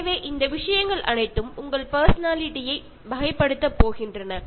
ഇതെല്ലാം നിങ്ങളുടെ വ്യക്തിത്വം ഏത് രീതിയിലാണ് എന്നതിനെ തീരുമാനിക്കുന്ന ഘടകങ്ങൾ ആയിരിക്കും